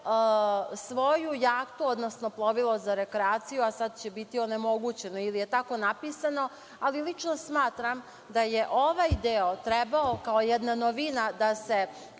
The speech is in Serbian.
svoju jahtu, odnosno plovilo za rekreaciju, a sada će biti onemogućeno ili je tako napisano, ali lično smatram da je ovaj deo trebao kao jedna novina da se